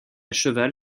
cheval